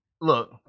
look